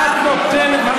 ואת נותנת, איפה אתה גר עכשיו?